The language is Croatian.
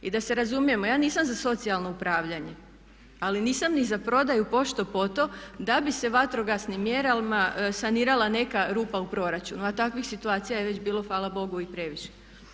I da se razumijemo, ja nisam za socijalno upravljanje ali nisam ni za prodaju pošto poto da bi se vatrogasnim mjerama sanirala neka rupa u proračunu, a takvih situacija je već bilo hvala bogu i previše.